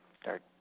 start